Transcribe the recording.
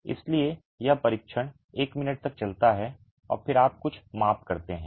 इसलिए यह परीक्षण एक मिनट तक चलता है और फिर आप कुछ माप करते हैं